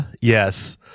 Yes